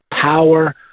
power